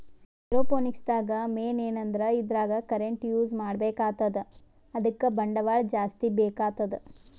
aeroponics ದಾಗ್ main ಏನಂದ್ರ ಇದ್ರಾಗ್ ಕರೆಂಟ್ ಯೂಸ್ ಮಾಡ್ಬೇಕ್ ಆತದ್ ಅದಕ್ಕ್ ಬಂಡವಾಳ್ ಜಾಸ್ತಿ ಬೇಕಾತದ್